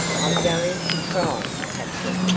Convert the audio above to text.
i'm going to try, captain,